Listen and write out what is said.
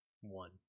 one